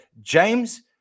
James